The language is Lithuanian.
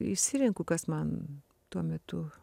išsirenku kas man tuo metu